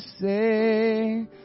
say